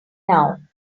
now